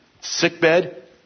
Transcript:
sickbed